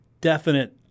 definite –